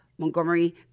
Montgomery